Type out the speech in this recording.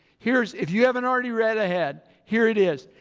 here's, if you haven't already read ahead, here it is.